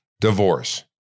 divorce